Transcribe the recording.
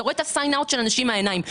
אתה רואה את sing out של אנשים בעיניים.